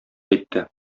әйтте